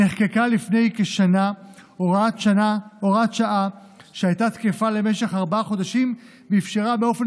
נחקקה לפני כשנה הוראת שעה שהייתה תקפה למשך ארבעה חודשים ואפשרה באופן